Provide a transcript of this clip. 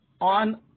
on